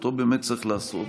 אותו באמת צריך לעשות.